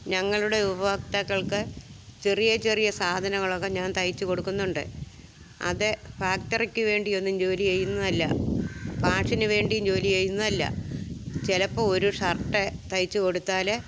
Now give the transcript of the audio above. ഞങ്ങളുടെ ഉപഭോക്താക്കൾക്ക് ചെറിയ ചെറിയ സാധനങ്ങളൊക്കെ ഞാൻ തയ്ച്ചു കൊടുക്കുന്നുണ്ട് അത് ഫാക്ടറിക്കു വേണ്ടിയൊന്നും ജോലി ചെയ്യുന്നതല്ല കാശിനു വേണ്ടിയും ജോലി ചെയ്യുന്നതല്ല ചിലപ്പോൾ ഒരു ഷർട്ട് തയ്ച്ചു കൊടുത്താൽ